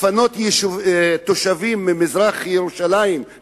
לפנות תושבים ממזרח-ירושלים,